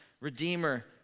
redeemer